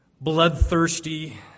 bloodthirsty